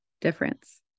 difference